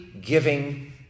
giving